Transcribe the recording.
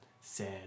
sad